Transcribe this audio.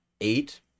eight